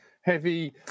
heavy